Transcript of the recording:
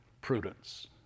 prudence